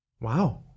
wow